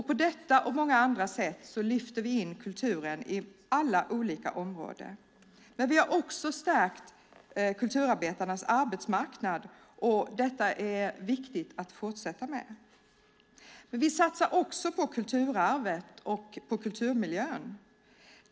På detta och många andra sätt lyfter vi in kulturen på alla olika områden. Vi har också stärkt kulturarbetarnas arbetsmarknad. Detta är det viktigt att fortsätta med. Vi satsar även på kulturarvet och kulturmiljön.